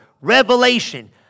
Revelation